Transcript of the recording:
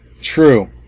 True